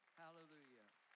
hallelujah